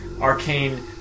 arcane